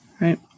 right